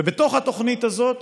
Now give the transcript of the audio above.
ובתוך התוכנית הזאת